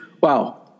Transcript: wow